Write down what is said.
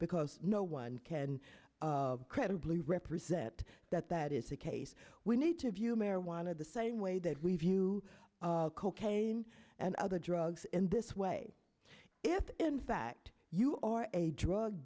because no one can credibly represent that that is the case we need to view marijuana the same way that we view cocaine and other drugs in this way if in fact you are a drug